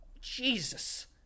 Jesus